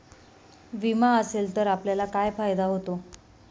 विमा असेल तर आपल्याला काय फायदा होतो?